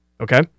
Okay